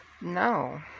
no